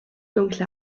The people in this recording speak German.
dunkle